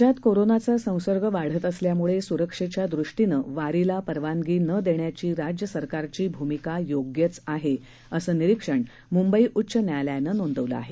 राज्यात कोरोनाचा संसर्ग वाढत असल्यामुळे सुरक्षेच्या दृष्टीनं वारीला परवानगी न देण्याची राज्य सरकारची भूमिका योग्यच आहे असं निरीक्षण म्ंबई उच्च न्यायालयानं नोंदवलं आहे